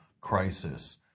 crisis